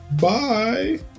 Bye